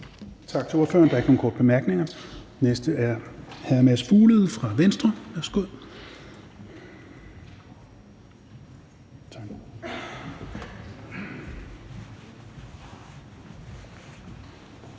Tak til ordføreren. Der er ikke nogen korte bemærkninger. Den næste er hr. Mads Fuglede fra Venstre.